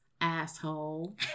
Asshole